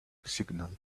signal